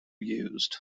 used